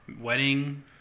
wedding